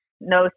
no